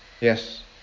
Yes